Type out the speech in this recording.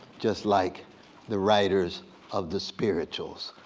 just like the writers of the spirituals,